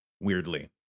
weirdly